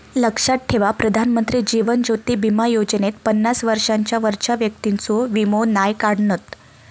लक्षात ठेवा प्रधानमंत्री जीवन ज्योति बीमा योजनेत पन्नास वर्षांच्या वरच्या व्यक्तिंचो वीमो नाय काढणत